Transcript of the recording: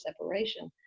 separation